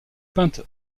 peinte